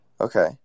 Okay